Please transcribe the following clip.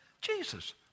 Jesus